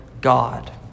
God